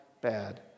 bad